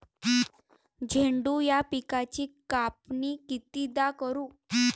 झेंडू या पिकाची कापनी कितीदा करू?